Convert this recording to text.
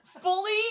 Fully